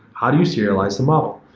how do you serialize the model?